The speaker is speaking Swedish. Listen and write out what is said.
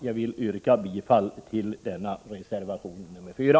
Jag ber att få yrka bifall till reservation 4.